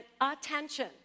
attention